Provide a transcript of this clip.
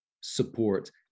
support